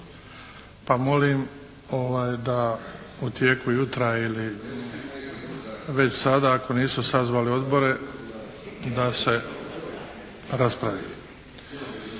pa molim da u tijeku jutra ili već sada ako nisu sazvali odbore, da se raspravi.